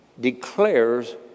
declares